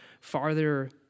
farther